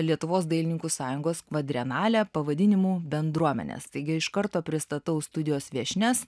lietuvos dailininkų sąjungos kvadrenale pavadinimu bendruomenės taigi iš karto pristatau studijos viešnias